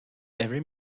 every